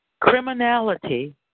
criminality